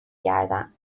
گردم